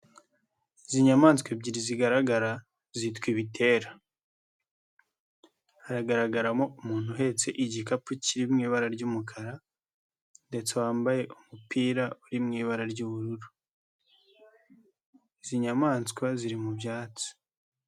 Izi nyamaswa ebyiri zigaragara zitwa ibitera, haragaragaramo umuntu uhetse igikapu kiri mu ibara ry'umukara ndetse wambaye umupira uri mu ibara ry'ubururu, izi nyamaswa ziri mu byatsi.